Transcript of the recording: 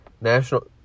national